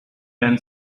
men